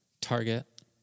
target